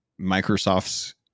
microsoft's